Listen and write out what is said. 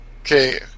okay